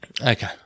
Okay